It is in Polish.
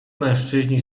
mężczyźni